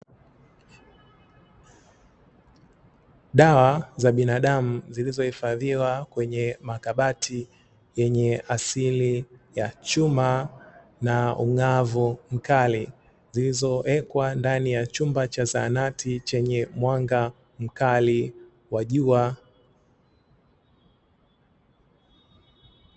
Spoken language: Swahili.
Dawa za binadamu zilizohifadhiwa kwenye makabati yenye asili ya chuma na ung'avu mkali, zilizowekwa ndani ya chumba cha zahanati chenye mwanga mkali wa jua.